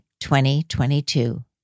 2022